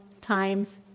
times